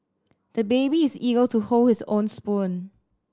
the baby is eager to hold his own spoon